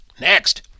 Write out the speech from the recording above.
Next